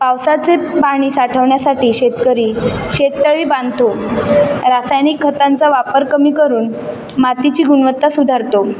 पावसाचे पाणी साठवण्यासाठी शेतकरी शेततळी बांधतो रासायनिक खतांचा वापर कमी करून मातीची गुणवत्ता सुधारतो